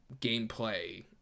gameplay